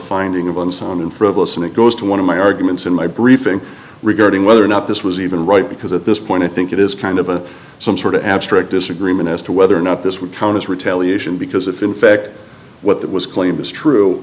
finding of and so on in frivolous and it goes to one of my arguments in my briefing regarding whether or not this was even right because at this point i think it is kind of a some sort of abstract disagreement as to whether or not this would count as retaliation because if in fact what that was claimed was true